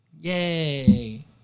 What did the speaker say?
Yay